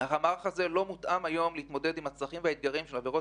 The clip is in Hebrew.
אך לא התאימו את המערך לצרכים ולאתגרים של עבירות